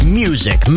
music